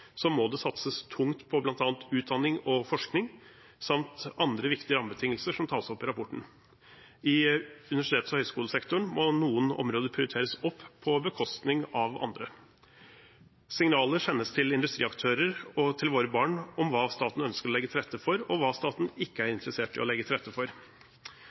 må det satses tungt på bl.a. utdanning og forskning samt andre viktige rammebetingelser som tas opp i rapporten. I universitets- og høyskolesektoren må noen områder prioriteres opp på bekostning av andre. Signaler sendes til industriaktører og til våre barn om hva staten ønsker å legge til rette for, og hva staten ikke er interessert i å legge til rette for.